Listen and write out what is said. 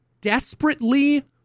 desperately